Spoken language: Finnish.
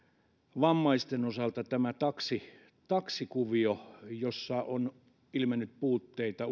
vammaisten osalta tämä taksikuvio jossa on ilmennyt puutteita